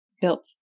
built